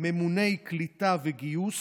ממוני קליטה וגיוס